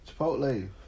Chipotle